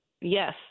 Yes